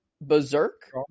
berserk